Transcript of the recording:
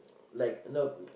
like you know um